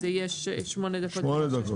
יהיו שמונה דקות.